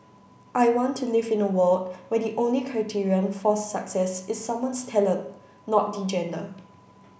I want to live in a world where the only criterion for success is someone's talent not their gender